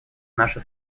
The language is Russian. наше